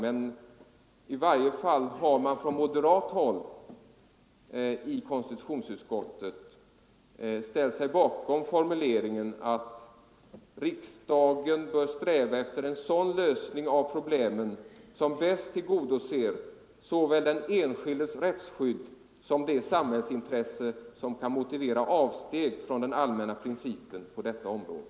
Men i varje fall har man från moderat håll i konstitutionsutskottet ställt sig bakom formuleringen att riksdagen bör sträva efter ”en sådan lösning av problemen som bäst tillgodoser såväl den enskildes rättsskydd som det samhällsintresse som kan motivera avsteg från den allmänna principen på detta område”.